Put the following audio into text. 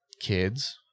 Kids